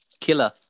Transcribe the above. Killer